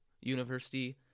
University